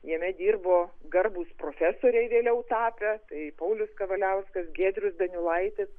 jame dirbo garbūs profesoriai vėliau tapę tai paulius kavaliauskas giedrius daniulaitis